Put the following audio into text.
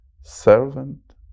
servant